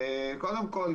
קודם כל,